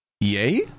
Yay